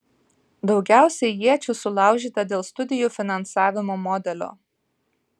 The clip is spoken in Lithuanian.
daugiausiai iečių sulaužyta dėl studijų finansavimo modelio